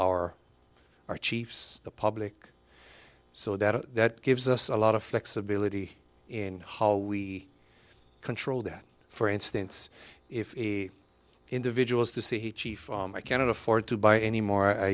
our our chiefs the public so that gives us a lot of flexibility in how we control that for instance if a individuals to see chief i can't afford to buy any more i